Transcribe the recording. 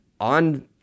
on